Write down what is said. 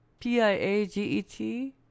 Piaget